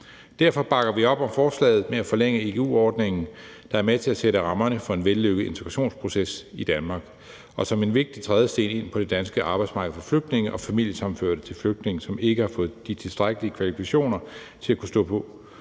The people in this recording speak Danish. Derfor bakker vi op om forslaget om at forlænge igu-ordningen, der er med til at sætte rammerne for en vellykket integrationsproces i Danmark, og som er en vigtig trædesten ind på det danske arbejdsmarked for flygtninge og familiesammenførte til flygtninge, som ikke har fået de tilstrækkelige kvalifikationer til at kunne stå på